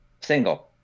single